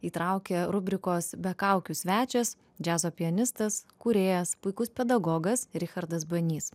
įtraukė rubrikos be kaukių svečias džiazo pianistas kūrėjas puikus pedagogas richardas banys